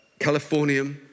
Californium